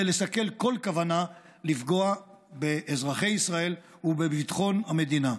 לסכל כל כוונה לפגוע באזרחי ישראל ובביטחון המדינה.